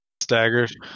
Staggered